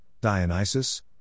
Dionysus